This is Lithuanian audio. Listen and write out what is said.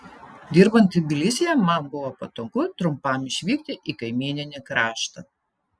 dirbant tbilisyje man buvo patogu trumpam išvykti į kaimyninį kraštą